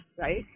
right